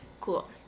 Cool